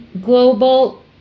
global